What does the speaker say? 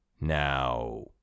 Now